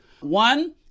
One